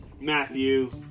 Matthew